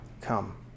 come